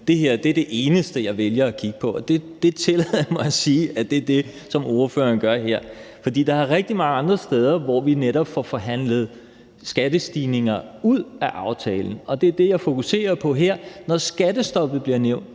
det her er det eneste, jeg vælger at kigge på. Det tillader jeg mig at sige er det, som ordføreren gør her. For der er rigtig mange andre steder, hvor vi netop får forhandlet skattestigninger ud af aftalen, og det er det, jeg fokuserer på her. Når skattestoppet bliver nævnt,